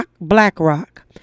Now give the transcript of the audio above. BlackRock